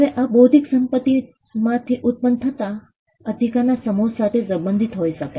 હવે આ બૌદ્ધિક સંપત્તિમાંથી ઉત્પન્ન થતા અધિકારના સમૂહ સાથે સંબંધિત હોઈ શકે